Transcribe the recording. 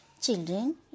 Children